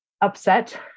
upset